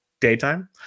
daytime